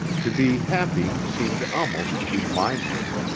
to be happy seemed almost to be mindless.